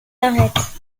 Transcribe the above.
arrête